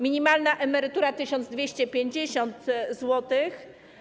Minimalna emerytura - 1250 zł.